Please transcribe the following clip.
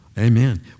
Amen